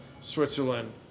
Switzerland